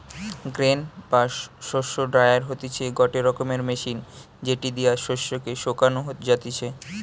grain বা শস্য dryer হতিছে গটে রকমের মেশিন যেটি দিয়া শস্য কে শোকানো যাতিছে